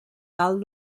tal